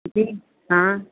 जी हाँ